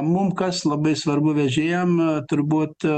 mum kas labai svarbu vežėjam turbūt